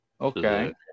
okay